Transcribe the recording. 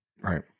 right